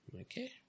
Okay